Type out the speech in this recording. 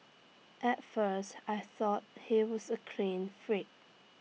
at first I thought he was A clean freak